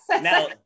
Now